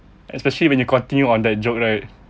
especially when you continue on that joke right